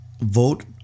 Vote